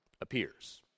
appears